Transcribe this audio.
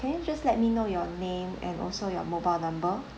can you just let me know your name and also your mobile number